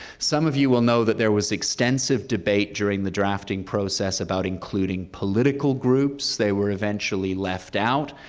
some of you will know that there was extensive debate during the drafting process about including political groups. they were eventually left out.